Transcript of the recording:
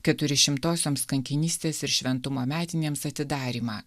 keturi šimtosioms kankinystės ir šventumo metinėms atidarymą